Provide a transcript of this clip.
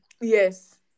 Yes